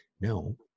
No